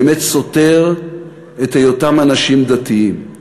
באמת סותר את היותם אנשים דתיים?